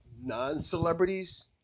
non-celebrities